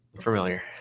Familiar